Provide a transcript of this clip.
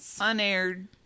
unaired